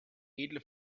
edle